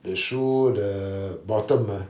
the shoe the bottom ah